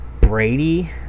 Brady